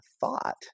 thought